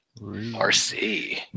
RC